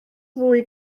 fwy